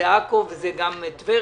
זה עכו וטבריה,